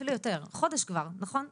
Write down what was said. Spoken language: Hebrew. אפילו יותר, חודש כבר, נכון?